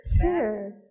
Sure